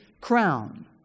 crown